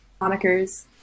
monikers